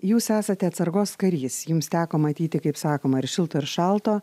jūs esate atsargos karys jums teko matyti kaip sakoma ir šilto ir šalto